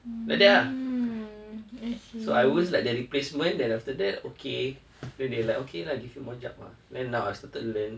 like that ah so I always like the replacement then after that okay then they like okay lah give you more job ah then now I started learn